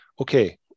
okay